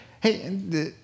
Hey